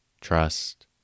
trust